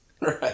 Right